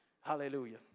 Hallelujah